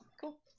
Cool